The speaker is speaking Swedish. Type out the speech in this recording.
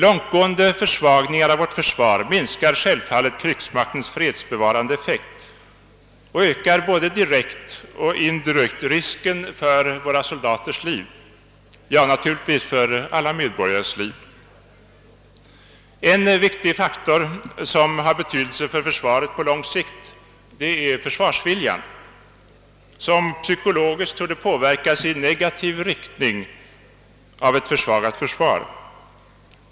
Långtgående försvagningar av vårt försvar minskar självfallet krigsmaktens fredsbevarande effekt och ökar både direkt och indirekt risken för våra soldaters liv — ja, naturligtvis för alla medborgares liv. En viktig faktor av betydelse för försvaret på lång sikt är försvarsviljan, som psykologiskt torde påverkas i negativ riktning av ett försvagat försvar.